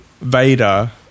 Vader